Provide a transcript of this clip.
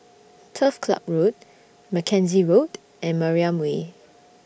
Turf Ciub Road Mackenzie Road and Mariam Way